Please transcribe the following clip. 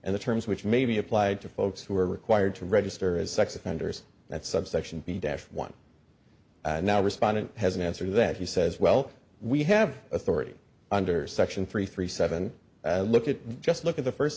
and the terms which may be applied to folks who are required to register as sex offenders that subsection b dash one now respondent has an answer that he says well we have authority under section three three seven look at just look at the first